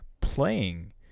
playing